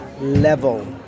level